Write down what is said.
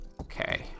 Okay